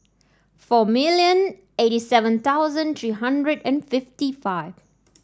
four million eighty seven thousand three hundred and fifty five